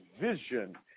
vision